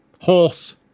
Horse